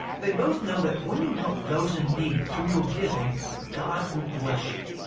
they both know that when you help those in need through your giving god will bless you.